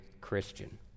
Christian